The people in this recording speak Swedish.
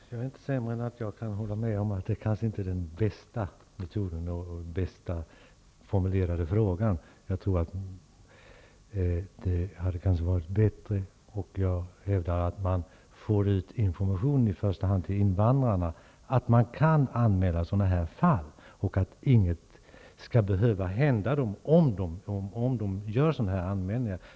Herr talman! Jag är inte sämre än att jag kan hålla med om att det jag nämnt kanske inte är den bästa metoden. Frågan kunde kanske ha varit bättre formulerad. När det gäller att få ut information i första hand till invandrarna hävdar jag möjligheten att just göra en anmälan. Inget skall behöva hända dem som gör en anmälan av det här slaget.